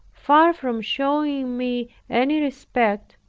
far from showing me any respect,